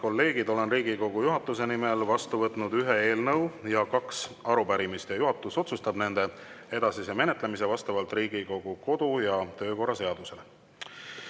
kolleegid, olen Riigikogu juhatuse nimel vastu võtnud ühe eelnõu ja kaks arupärimist. Juhatus otsustab nende edasise menetlemise vastavalt Riigikogu kodu- ja töökorra seadusele.